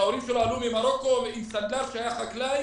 שההורים שלו עלו ממרוקו, אבא שהיה חקלאי,